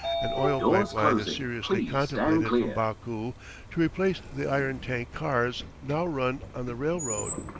an oil-pipe line is seriously contemplated from baku to replace the iron-tank cars now run on the railroad.